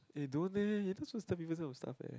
eh don't leh you're not supposed to tell people those stuff leh